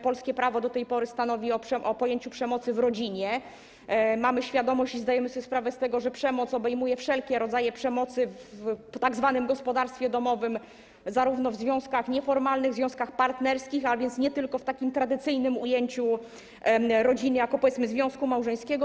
Polskie prawo do tej pory stanowi o pojęciu przemocy w rodzinie, mamy świadomość i zdajemy sobie sprawę z tego, że przemoc obejmuje wszelkie rodzaje przemocy w tzw. gospodarstwie domowym, również w związkach nieformalnych, związkach partnerskich, a więc nie tylko w tradycyjnym ujęciu rodziny jako związku małżeńskiego.